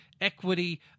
equity